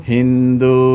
Hindu